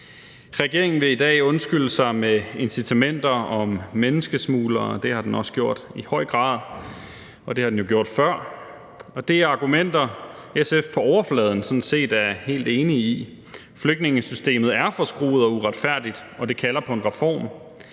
Regeringen vil i dag undskylde sig med incitamenter i forhold til menneskesmuglere, og det har den også gjort i høj grad, og det har den jo gjort før, og det er argumenter, som SF på overfladen sådan set er helt enige i. Flygtningesystemet er forskruet og uretfærdigt, og det kalder på en reform,